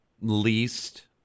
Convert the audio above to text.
least